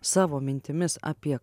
savo mintimis apie